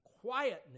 quietness